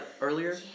earlier